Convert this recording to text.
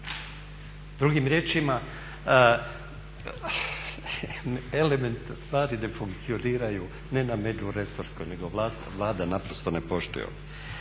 Drugim riječima stvarni ne funkcioniraju ne na međuresorskoj nego Vlada naprosto ne poštuje